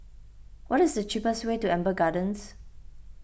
what is the cheapest way to Amber Gardens